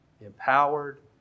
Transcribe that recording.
empowered